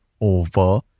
over